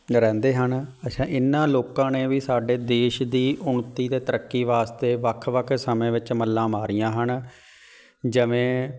ਰਹਿੰਦੇ ਹਨ ਅੱਛਾ ਇਹਨਾਂ ਲੋਕਾਂ ਨੇ ਵੀ ਸਾਡੇ ਦੇਸ਼ ਦੀ ਉੱਨਤੀ ਅਤੇ ਤਰੱਕੀ ਵਾਸਤੇ ਵੱਖ ਵੱਖ ਸਮੇਂ ਵਿੱਚ ਮੱਲਾਂ ਮਾਰੀਆਂ ਹਨ ਜਿਵੇਂ